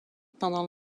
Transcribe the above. pendant